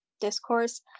discourse